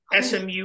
SMU